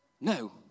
No